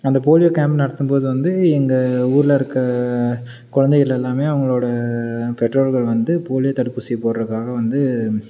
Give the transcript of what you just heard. அந்த polio camp நடத்தும்போது வந்து எங்க ஊருலிருக்க குழந்தைகள் எல்லாமே அவங்களோட பெற்றோர்கள் வந்து போலியோ தடுப்பூசி போடுறதுக்காக வந்து